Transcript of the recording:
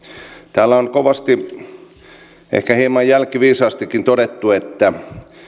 täällä on kovasti ehkä hieman jälkiviisaastikin todettu että